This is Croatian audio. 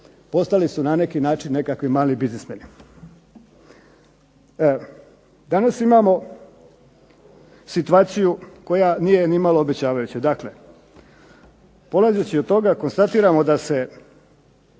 postali su na neki način nekakvi mali biznismeni. Danas imamo situaciju koja nije ni malo obećavajuća. Dakle, polazeći od toga konstatiramo da se